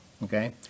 Okay